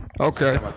Okay